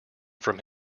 from